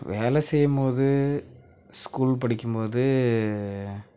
வேலை செய்யும் போது ஸ்கூல் படிக்கும் போது